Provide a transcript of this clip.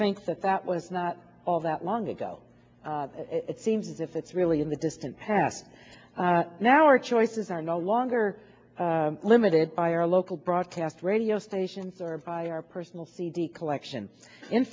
think that that was not all that long ago it seems as if it's really in the distant past now our choices are no longer limited by our local broadcast radio stations or by our purse cd collection in